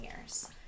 years